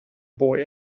boy